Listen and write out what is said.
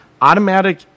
Automatic